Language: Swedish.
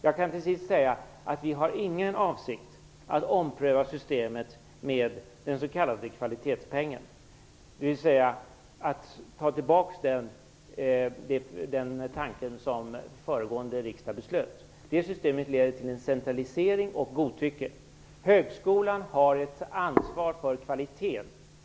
Jag kan till sist säga att vi inte har någon avsikt att ompröva systemet med den s.k. kvalitetspengen, dvs. att ta tillbaka det som den förra riksdagen beslöt. Det systemet leder till centralisering och godtycke. Högskolan har ett ansvar för kvaliteten.